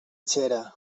xera